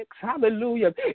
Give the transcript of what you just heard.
hallelujah